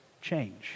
change